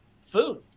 food